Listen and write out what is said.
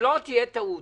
שלא תהיה טעות